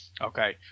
Okay